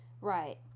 Right